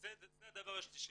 זה הדבר השלישי.